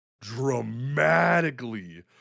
dramatically